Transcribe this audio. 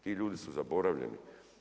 Ti ljudi su zaboravljeni.